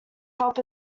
help